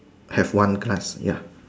have one glass ya